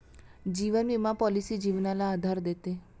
जीवन विमा पॉलिसी जीवनाला आधार देते